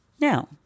Now